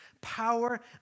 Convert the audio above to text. power